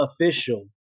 official